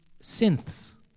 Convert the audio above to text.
synths